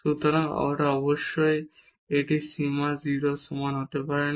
সুতরাং অবশ্যই এটি সীমা 0 এর সমান হতে পারে না